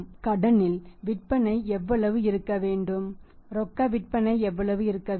கடனில் விற்பனை எவ்வளவு இருக்க வேண்டும் ரொக்க விற்பனை எவ்வளவு இருக்க வேண்டும்